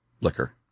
liquor